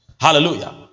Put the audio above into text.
Hallelujah